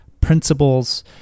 principles